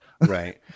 right